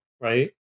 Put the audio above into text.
right